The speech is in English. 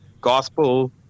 gospel